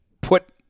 put